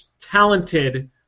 talented